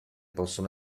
possono